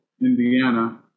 Indiana